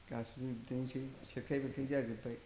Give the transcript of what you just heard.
गासैबो बिदिनोसै सेरखाय बेरखाय जाजोब्बाय